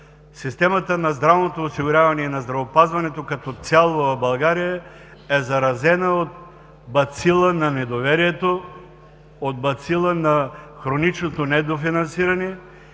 системата на здравното осигуряване и на здравеопазването като цяло в България е заразена от бацила на недоверието, от бацила на хроничното недофинансиране